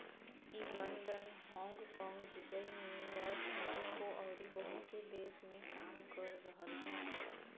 ई London, Hong Kong, Dubai, New York, Moscow अउरी बहुते देश में काम कर रहल बा